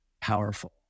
powerful